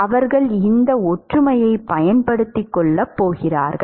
அவர்கள் இந்த ஒற்றுமையைப் பயன்படுத்திக் கொள்ளப் போகிறார்கள்